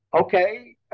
Okay